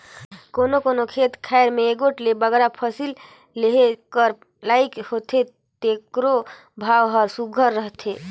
कोनो कोनो खेत खाएर में एगोट ले बगरा फसिल लेहे कर लाइक होथे तेकरो भाव हर सुग्घर रहथे